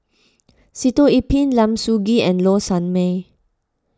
Sitoh Yih Pin Lim Soo Ngee and Low Sanmay